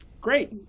great